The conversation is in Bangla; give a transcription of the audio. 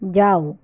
যাও